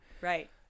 Right